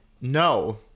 No